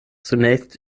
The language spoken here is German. zunächst